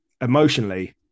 Emotionally